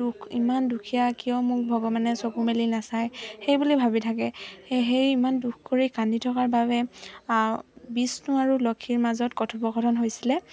দুখ ইমান দুখীয়া কিয় মোক ভগৱানে চকু মেলি নাচায় সেইবুলি ভাবি থাকে সেয়ে সেই ইমান দুখ কৰি কান্দি থকাৰ বাবে বিষ্ণু আৰু লক্ষীৰ মাজত কথোপকথন হৈছিলে